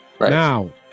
Now